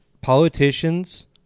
Politicians